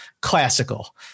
classical